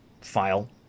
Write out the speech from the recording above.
file